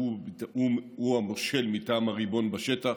שהוא המושל מטעם הריבון בשטח,